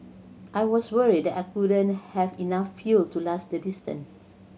I was worried I wouldn't have enough fuel to last the distance